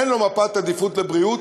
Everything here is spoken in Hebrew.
אין לו מפת עדיפות לבריאות,